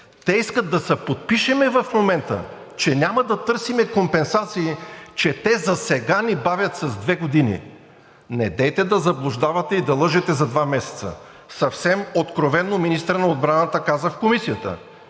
Те искат да се подпишем в момента, че няма да търсим компенсации, че те засега ни бавят с две години. Недейте да заблуждавате и да лъжете за два месеца. Съвсем откровено министърът на отбраната каза в Комисията